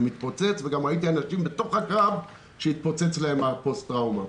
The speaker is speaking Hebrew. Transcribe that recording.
זה מתפוצץ וגם ראיתי אנשים בתוך הקרב שהתפוצצה להם הפוסט טראומה,